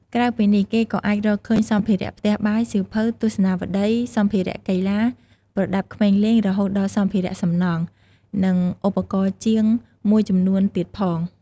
ក្រៅពីនេះ គេក៏អាចរកឃើញ សម្ភារៈផ្ទះបាយ សៀវភៅ ទស្សនាវដ្តី សម្ភារៈកីឡា ប្រដាប់ក្មេងលេង រហូតដល់ សម្ភារៈសំណង់ និងឧបករណ៍ជាង មួយចំនួនទៀតផង។